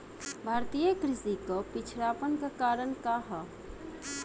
भारतीय कृषि क पिछड़ापन क कारण का ह?